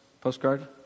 Postcard